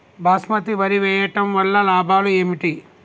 బాస్మతి వరి వేయటం వల్ల లాభాలు ఏమిటి?